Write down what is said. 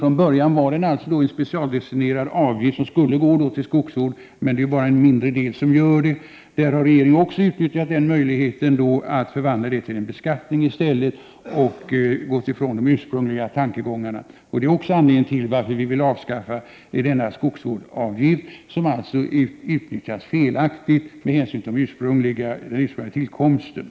Från början var den alltså en specialdestinerad avgift som skulle gå till skogsvård. Men det är bara en mindre del som gör det. Där har regeringen också utnyttjat möjligheten att i stället förvandla avgiften till en beskattning och gå ifrån de ursprungliga tankegångarna. Det är också anledningen till att vi vill avskaffa denna skogsvårdsavgift, som alltså utnyttjas felaktigt med hänsyn till de ursprungliga avsikterna.